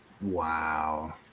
wow